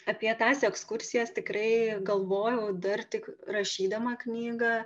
apie tas ekskursijas tikrai galvojau dar tik rašydama knygą